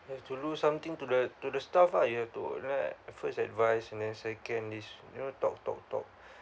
have to do something to the to the staff ah you have to like first advise and then second this you know talk talk talk